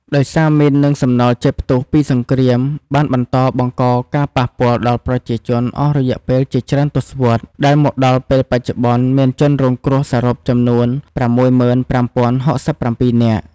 ដោយសារមីន និងសំណល់ជាតិផ្ទុះពីសង្គ្រាមបានបន្តបង្កការប៉ះពាល់ដល់ប្រជាជនអស់រយៈពេលជាច្រើនទសវត្សរ៍ ដែលមកដល់ពេលបច្ចុប្បន្ន មានជនរងគ្រោះសរុបចំនួន ៦៥,០៦៧ នាក់ ។